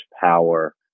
power